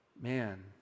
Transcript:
Man